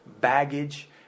baggage